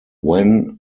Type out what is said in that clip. when